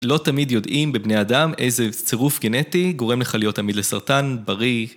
לא תמיד יודעים בבני אדם איזה צירוף גנטי גורם לך להיות עמיד לסרטן, בריא.